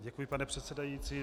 Děkuji, pane předsedající.